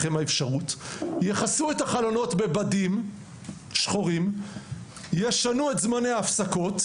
כשיכסו את החלונות בבדים שחורים וישנו את זמני ההפסקות,